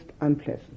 unpleasant